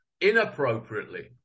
inappropriately